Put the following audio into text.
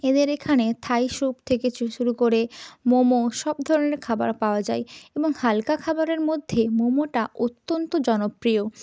এদের এখানে Thai soup থেকে শুরু করে মোমো সব ধরনের খাবার পাওয়া যায় এবং হালকা খাবারের মধ্যে মোমোটা অত্যন্ত জনপ্রিয়